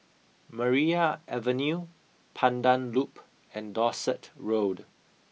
Maria Avenue Pandan Loop and Dorset Road